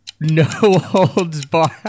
no-holds-barred